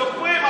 סופרים,